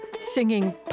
singing